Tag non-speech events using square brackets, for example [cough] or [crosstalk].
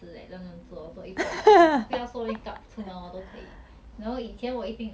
to 去 town I mean now I can like just [noise] 画一下 brow 我就去 liao you know